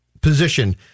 position